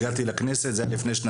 הגעתי לפה לכנסת